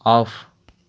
off